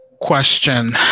question